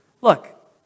look